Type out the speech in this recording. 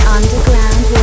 Underground